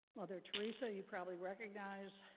mother teresa, you probably recognize.